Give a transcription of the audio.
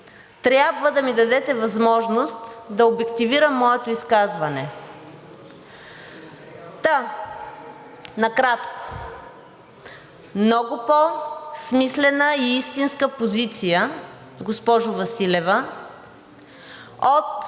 трябва да ми дадете възможност да обективирам моето изказване. Та накратко. Много по-смислена и истинска позиция, госпожо Василева, от